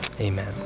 amen